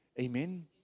Amen